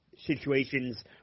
situations